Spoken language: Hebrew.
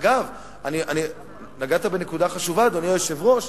אגב, נגעת בנקודה חשובה, אדוני היושב-ראש.